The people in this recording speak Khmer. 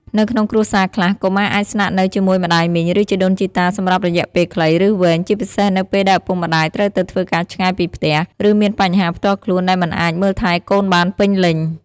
នៅក្នុងគ្រួសារខ្លះ កុមារអាចស្នាក់នៅជាមួយម្ដាយមីង ឬជីដូនជីតាសម្រាប់រយៈពេលខ្លី ឬវែង ជាពិសេសនៅពេលដែលឪពុកម្ដាយត្រូវទៅធ្វើការឆ្ងាយពីផ្ទះ ឬមានបញ្ហាផ្ទាល់ខ្លួនដែលមិនអាចមើលថែកូនបានពេញលេញ។